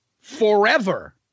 Forever